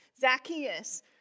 Zacchaeus